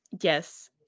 Yes